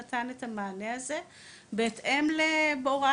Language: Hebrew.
נתן את המענה הזה בהתאם לתקציב,